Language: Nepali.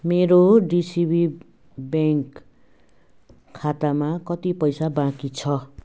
मेरो डिसिबी ब्याङ्क खातामा कति पैसा बाँकी छ